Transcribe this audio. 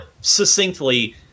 succinctly